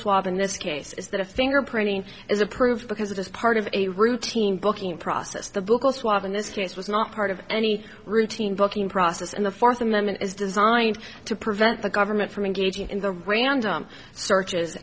swap in this case is that a finger printing is approved because it is part of a routine booking process the book will swap in this case was not part of any routine booking process and the fourth amendment is designed to prevent the government from engaging in the random searches